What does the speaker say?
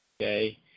Okay